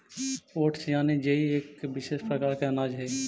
oats यानि जई एक विशेष प्रकार के अनाज हइ